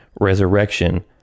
resurrection